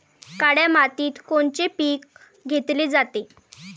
काळ्या मातीत कोनचे पिकं घेतले जाते?